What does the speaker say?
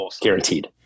guaranteed